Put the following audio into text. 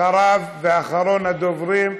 אחריו, אחרון הדוברים,